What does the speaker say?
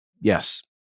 yes